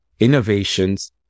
innovations